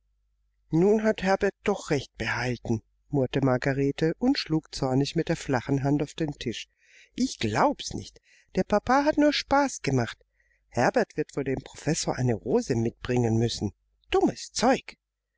nun hat herbert doch recht behalten murrte margarete und schlug zornig mit der flachen hand auf den tisch ich glaub's nicht der papa hat nur spaß gemacht herbert wird wohl dem professor eine rose mitbringen müssen dummes zeug